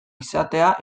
izatea